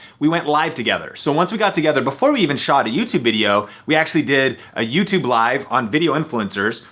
we went live together. so, once we got together, before we even shot a youtube video, we actually did a youtube live on video influencers,